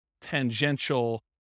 tangential